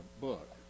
book